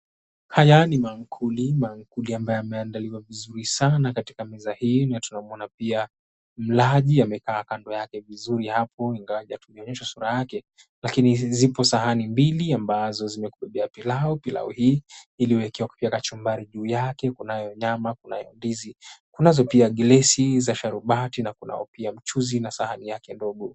Haya ni maankuli, maankuli ambayo yameandaliwa vizuri sana katika meza hii na tunamuona pia mlaji amekaa kando yake vizuri hapo ingawaje hatujaonyeshwa sura yake lakini zipo sahani mbili ambazo zimekubebea pilau, pilau hii iliwekwa kachumbari juu yake, kunayo nyama, kunayo ndizi, kunazo pia glesi za sharubati na kunao pia mchuzi na sahani yake ndogo.